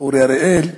אורי אריאל.